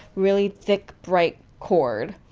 really thick, bright cord.